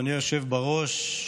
אדוני היושב בראש,